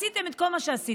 עשיתם את כל מה שעשיתם?